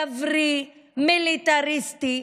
גברי, מיליטריסטי,